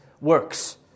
works